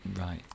right